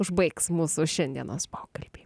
užbaigs mūsų šiandienos pokalbį